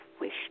wish